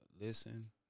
Listen